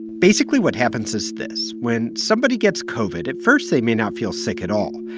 basically, what happens is this when somebody gets covid, at first they may not feel sick at all,